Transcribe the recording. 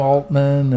Altman